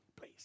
please